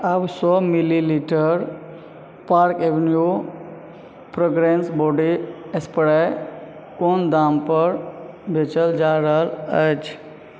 आब सौ millilitre Park Avenue fragrance body spray कोन दामपर बेचल जा रहल अछि